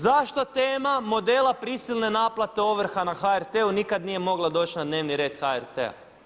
Zašto tema modele prisilne naplate ovrha na HRT-u nikada nije mogla doći na dnevni red HRT-a?